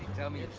tell me,